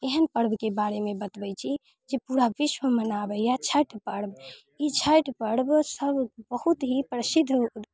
एहन पर्वके बारेमे बतबैट् छी जे पूरा विश्व मनाबैए छठि पर्व ई छठि पर्वसभ बहुत ही प्रसिद्ध